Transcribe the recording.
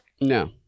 No